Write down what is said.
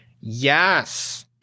Yes